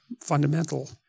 fundamental